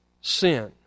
sin